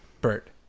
Bert